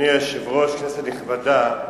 אדוני היושב-ראש, כנסת נכבדה,